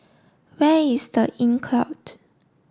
where is the Inncrowd